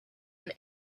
and